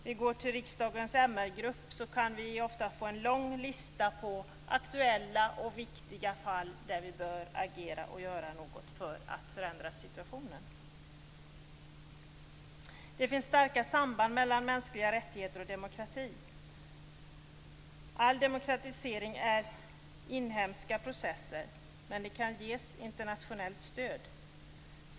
Vi i riksdagens MR grupp får ofta en lång lista på aktuella och viktiga fall där vi bör agera och göra något för att förändra situationen. Det finns starka samband mellan mänskliga rättigheter och demokrati. All demokratisering är inhemska processer, men det kan ges internationellt stöd.